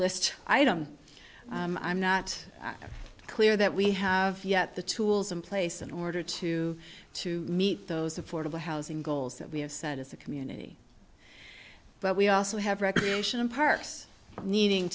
list item i'm not clear that we have yet the tools in place in order to to meet those affordable housing goals that we have set as a community but we also have recreation and parks needing